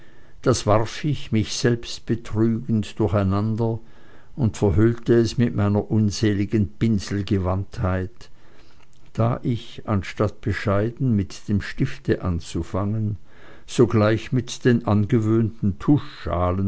das warf ich mich selbst betrügend durcheinander und verhüllte es mit meiner unseligen pinselgewandtheit da ich an statt bescheiden mit dem stifte anzufangen sogleich mit den angewöhnten